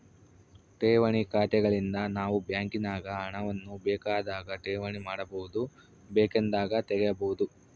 ಠೇವಣಿ ಖಾತೆಗಳಿಂದ ನಾವು ಬ್ಯಾಂಕಿನಾಗ ಹಣವನ್ನು ಬೇಕಾದಾಗ ಠೇವಣಿ ಮಾಡಬಹುದು, ಬೇಕೆಂದಾಗ ತೆಗೆಯಬಹುದು